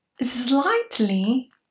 slightly